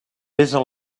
pesa